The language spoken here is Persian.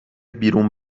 بیرون